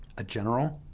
a general,